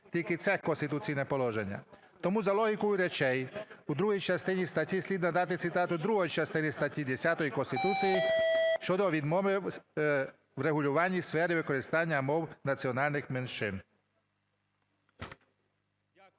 тільки це конституційне положення. Тому за логікою речей в другій частині статті слід надати цитату другої частини статті 10 Конституції щодо відмови в регулюванні сфери використання мов національних меншин.